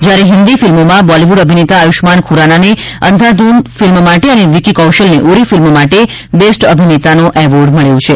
જ્યારે હિન્દી ફિલ્મોમાં બોલિવ્ડ અભિનેતા આયુષ્યમાન ખુરાનાને અંધાધૂન ફિલ્મ માટે અને વિકી કૌશલને ઉરી ફિલ્મ માટ બેસ્ટ અભિનેતાનો એવોર્ડ મલ્યો છે